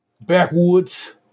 Backwoods